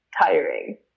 tiring